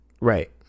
Right